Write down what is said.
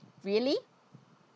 really